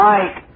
Mike